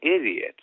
idiot